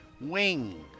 Wing